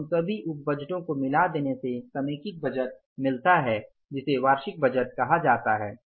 और उन सभी उप बजटों को मिला देने से समेकित बजटेड मिलता है जिसे वार्षिक बजट कहा जाता है